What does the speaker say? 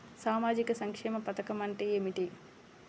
సామాజిక సంక్షేమ పథకం అంటే ఏమిటి?